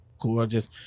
gorgeous